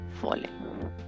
falling